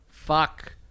Fuck